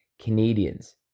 Canadians